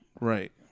Right